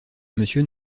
monsieur